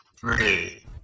three